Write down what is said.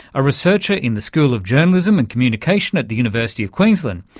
a researcher in the school of journalism and communication at the university of queensland,